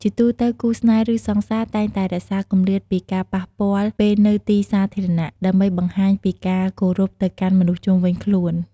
ជាទូទៅ គូស្នេហ៍ ឬ សង្សារ តែងតែរក្សាគម្លាតពីការប៉ះពាល់ពេលនៅទីសាធារណៈ ដើម្បីបង្ហាញពីការគោរពទៅកាន់មនុស្សជុំវិញខ្លួន។